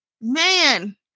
man